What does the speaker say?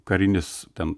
karinis ten